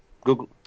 google